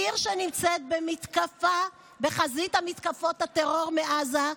עיר שנמצאת בחזית מתקפות הטרור מעזה,